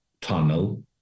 tunnel